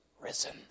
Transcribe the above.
risen